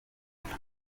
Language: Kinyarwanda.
umuco